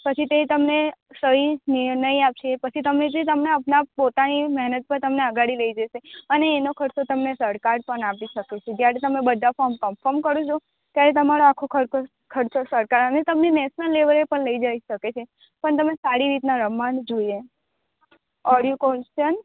પછી તે તમને સહી નિર્ણય આપશે પછી તમે જે તમને અપને આપ પોતાની મહેનત પર તમને આગળ લઈ જશે અને એનો ખર્ચો તમે સરકાર પણ આપી શકે છે જ્યારે તમે બધા ફોમ કન્ફર્મ કરો છો ત્યારે તમારા આખો ખર્ચ ખર્ચો સરકાર અને કંપની નેશનલ લેવલ એ પણ લઈ જઈ શકે છે પણ તમે સારી રીતના રમવા જોઈએ ઓર કોઈ ક્વેસ્ચન